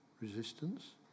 resistance